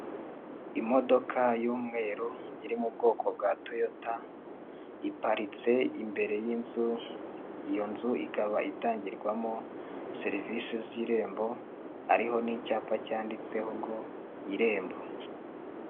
Imodoka y'umweru, iri mu bwoko bwa toyota, iparitse imbere y'inzu, iyo nzu ikaba itangirwamo serivisi z'irembo, hariho n'icyapa cyanditseho ngo irembo.